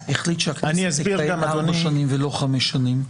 השופט סולברג החליט שהכנסת תתקיים ארבע שנים ולא חמש שנים.